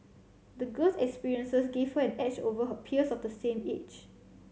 the girl's experiences give her an edge over her peers of the same age